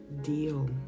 deal